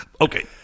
Okay